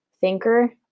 thinker